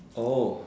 oh